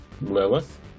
Lilith